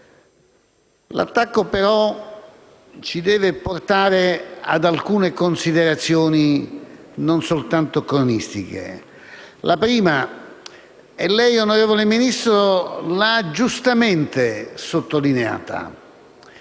L'attacco, però, ci deve portare a fare alcune considerazioni, non soltanto cronistiche. La prima, signor Ministro, che lei ha giustamente sottolineato,